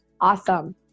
awesome